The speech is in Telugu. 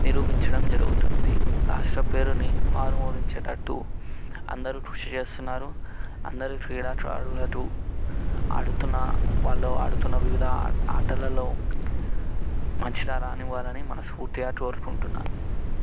నిరూపించడం జరుగుతుంది రాష్ట్ర పేరుని మారు మోగించేటట్టు అందరూ కృషి చేస్తున్నారు అందరూ క్రీడాకారులకు ఆడుతున్న వాళ్ళు ఆడుతున్న వివిధ ఆటల్లో మంచిగా రాణించాలని మనస్ఫూర్తిగా కోరుకుంటున్నాను